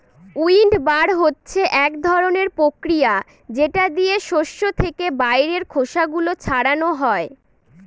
উইন্ডবার হচ্ছে এক ধরনের প্রক্রিয়া যেটা দিয়ে শস্য থেকে বাইরের খোসা গুলো ছাড়ানো হয়